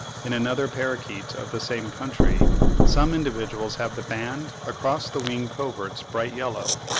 in another parrakeet of the same country some individuals have the band across the wing-coverts bright-yellow,